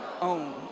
own